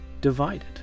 divided